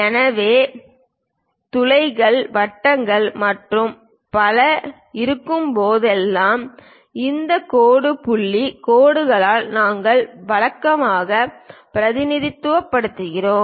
எனவே துளைகள் வட்டங்கள் மற்றும் பல இருக்கும் போதெல்லாம் இந்த கோடு புள்ளி கோடுகளால் நாங்கள் வழக்கமாக பிரதிநிதித்துவப்படுத்துகிறோம்